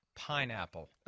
pineapple